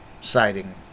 sighting